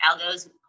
Algos